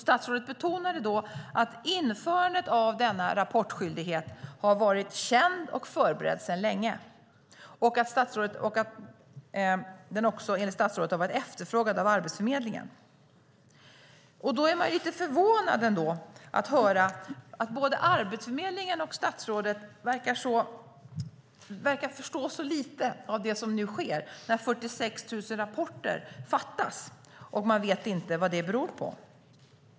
Statsrådet betonade då att införandet av denna rapportskyldighet har varit känd och förberedd sedan länge, och enligt statsrådet har den också varit efterfrågad av Arbetsförmedlingen. Då blir man lite förvånad att höra att både Arbetsförmedlingen och statsrådet verkar förstå så litet av det som nu sker, när 46 000 rapporter fattas och man inte vet vad det beror på.